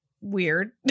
weird